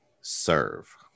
serve